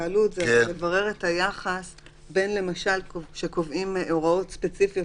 זה לברר את היחס בין קביעת הוראות ספציפיות